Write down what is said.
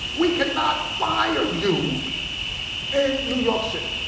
we cannot fire you in new york city.